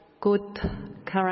good